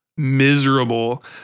miserable